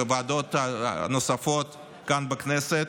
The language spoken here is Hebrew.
בוועדות הנוספות כאן בכנסת,